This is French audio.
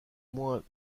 moins